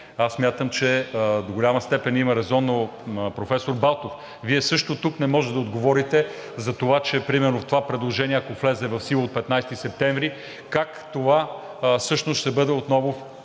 смятам, че до голяма степен има резон. Професор Балтов, Вие също тук не може да отговорите за това, че примерно, ако това предложение влезе в сила от 15 септември, как всъщност ще бъде отново